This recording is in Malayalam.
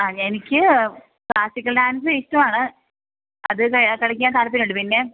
ആ എനിക്ക് ക്ലാസ്സിക്കൽ ഡാൻസ് ഇഷ്ടമാണ് അത് കളിക്കാൻ താൽപര്യം ഉണ്ട് പിന്നെ